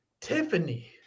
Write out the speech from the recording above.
Tiffany